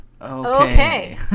Okay